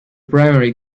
primary